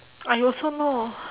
I also know